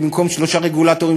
במקום שלושה רגולטורים,